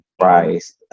christ